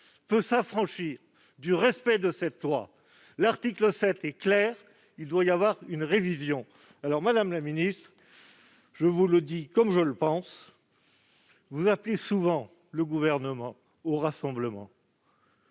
s'affranchir du respect de la loi. L'article 7 de la LPM est clair : il doit y avoir une révision. Aussi, madame la ministre, je vous le dis comme je le pense, vous appelez souvent le Gouvernement au rassemblement,